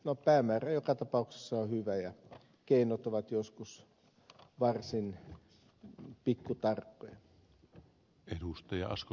no päämäärä joka tapauksessa on hyvä ja keinot ovat joskus varsin pikkutarkkoja